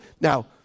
Now